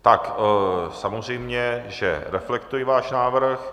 Tak samozřejmě že reflektuji váš návrh.